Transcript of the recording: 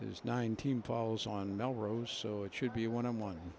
is nineteen falls on melrose so it should be a one on one